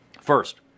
First